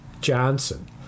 Johnson